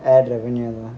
ad revenue